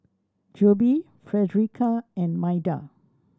Jobe Fredericka and Maida